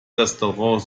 restaurant